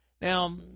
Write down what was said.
Now